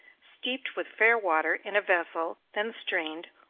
steeped with fair water in a vessel, then strained,